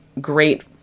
great